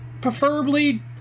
preferably